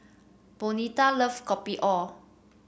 Bonita loves Kopi O